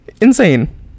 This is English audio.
Insane